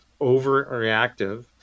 overreactive